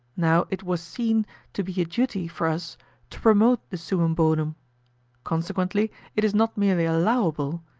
now it was seen to be a duty for us to promote the summum bonum consequently it is not merely allowable,